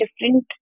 different